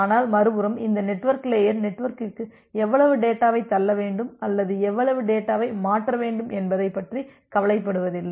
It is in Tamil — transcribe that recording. ஆனால் மறுபுறம் இந்த நெட்வொர்க் லேயர் நெட்வொர்க்கிற்கு எவ்வளவு டேட்டாவைத் தள்ள வேண்டும் அல்லது எவ்வளவு டேட்டாவை மாற்ற வேண்டும் என்பதைப் பற்றி கவலைப்படுவதில்லை